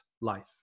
life